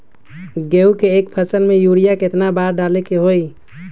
गेंहू के एक फसल में यूरिया केतना बार डाले के होई?